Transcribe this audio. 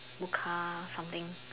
mocha something